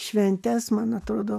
šventes man atrodo